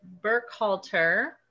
Burkhalter